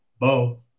Bo